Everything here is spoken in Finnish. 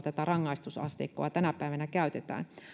tätä rangaistusasteikkoa tänä päivänä käytetään onko siinä eroja